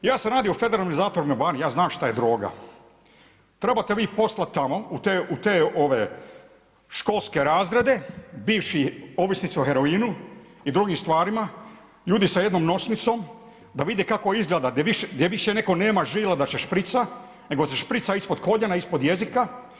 Ja sam radio u federalnim zatvorima vani, ja znam šta je droga, trebate vi poslati tamo u te školske razrede, bivši ovisnici o heroinu i drugim stvarima, ljudi sam jednom nosnicom, da vide kako izgleda, gdje više neko nema žile da se šprica nego se šprica ispod koljena, ispod jezika.